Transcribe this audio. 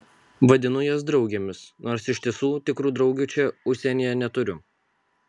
vadinu jas draugėmis nors iš tiesų tikrų draugių čia užsienyje neturiu